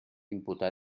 imputar